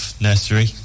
Nursery